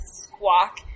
squawk